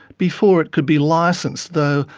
before it could be licenced though,